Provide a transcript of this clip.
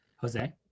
Jose